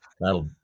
that'll